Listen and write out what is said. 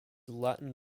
latin